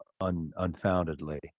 unfoundedly